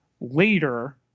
later